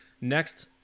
next